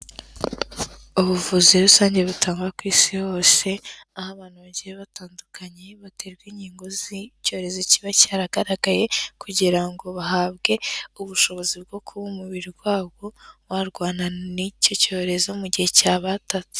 Ubuvuzi rusange butangwa ku isi hose, aho abantu bagiye batandukanye baterwa inkingo z'icyorezo kiba cyaragaragaye, kugira ngo bahabwe ubushobozi bwo kuba umubiri wabo warwana n'icyo cyorezo mu gihe cya batatse.